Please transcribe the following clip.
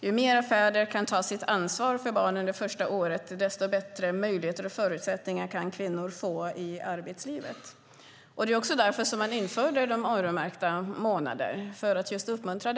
Ju mer fäder tar ansvar för barnen det första året, desto bättre förutsättningar och möjligheter har kvinnor i arbetslivet. Det var för att uppmuntra detta man införde de öronmärkta månaderna.